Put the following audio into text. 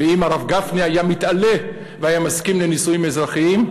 ואם הרב גפני היה מתעלה והיה מסכים לנישואים אזרחיים,